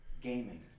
Gaming